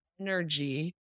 energy